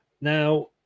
Now